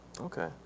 Okay